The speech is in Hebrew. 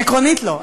עקרונית לא.